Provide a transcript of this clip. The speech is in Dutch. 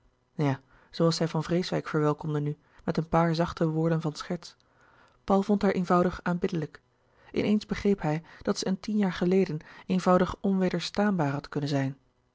ja zooals zij van vreeswijck verwelkomde nu met een paar zachte woorden van scherts paul vond haar eenvoudig aanbiddelijk in eens begreep hij dat zij een tien jaar geleden eenvoudig onwederstaanbaar had kunnen zijn